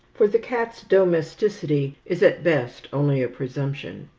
for the cat's domesticity is at best only a presumption.